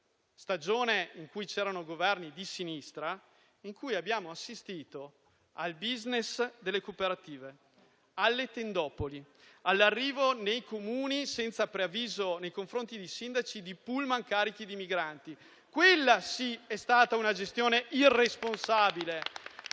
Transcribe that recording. e 2016, in cui c'erano Governi di sinistra, nei quali abbiamo assistito al *business* delle cooperative, alle tendopoli, all'arrivo nei Comuni, senza preavviso nei confronti dei sindaci, di *pullman* carichi di migranti. Quella, sì, è stata una gestione irresponsabile